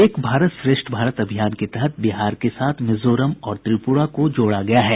एक भारत श्रेष्ठ भारत अभियान के तहत बिहार के साथ मिजोरम और त्रिपुरा को जोड़ा गया है